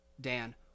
Dan